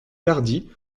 tardy